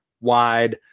wide